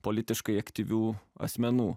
politiškai aktyvių asmenų